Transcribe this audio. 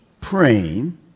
praying